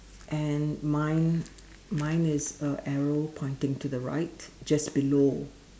and mine mine is a arrow pointing to the right just below